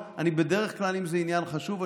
בדרך כלל אם זה עניין חשוב,